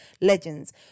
legends